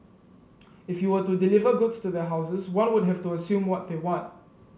if you were to deliver goods to their houses one would have to assume what they want